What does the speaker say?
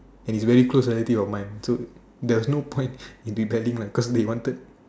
and it's very close relative of mine so there was no point in rebelling lah cause they wanted